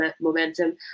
momentum